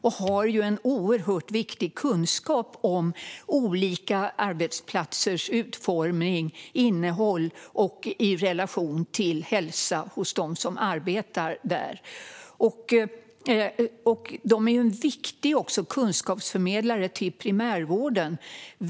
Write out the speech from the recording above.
De har dock en oerhört viktig kunskap om olika arbetsplatsers utformning och innehåll i relation till hälsan hos dem som arbetar där. De är också en viktig kunskapsförmedlare till primärvården.